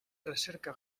recerca